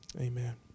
Amen